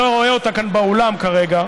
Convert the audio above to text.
אני לא רואה אותה באולם כאן כרגע,